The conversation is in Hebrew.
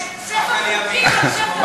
יש ספר חוקים על-שם דוד ביטן.